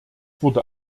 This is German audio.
wurde